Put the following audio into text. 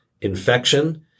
infection